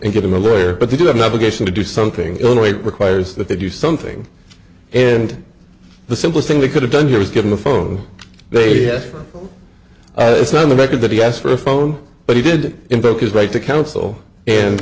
and give them a lawyer but they do have an obligation to do something only requires that they do something and the simplest thing they could have done here is given the phone they had for it's not in the record that he asked for a phone but he did invoke his right to counsel and